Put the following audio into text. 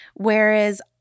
Whereas